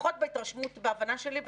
לפחות בהבנה שלי,